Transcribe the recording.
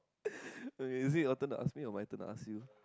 okay is it your turn to ask me or my turn to ask you